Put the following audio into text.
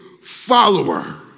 follower